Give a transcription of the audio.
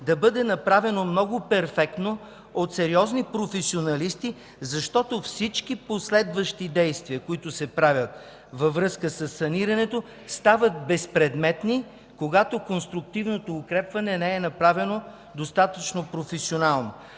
да бъде направено много перфектно от сериозни професионалисти, защото всички последващи действия, които се правят във връзка със санирането, стават безпредметни, когато конструктивното укрепване не е направено достатъчно професионално.